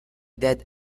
dead